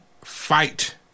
fight